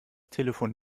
telefon